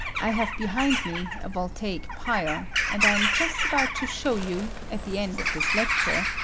i have behind me a voltaic pile, and i am just about to show you, at the end of this lecture,